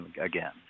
again